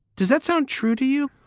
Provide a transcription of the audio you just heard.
does that sound true to you?